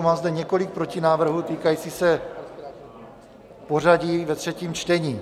Mám zde několik protinávrhů, týkajících se pořadí ve třetím čtení.